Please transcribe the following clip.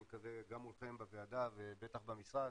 ואני מקווה גם מולכם בוועדה ובטח במשרד,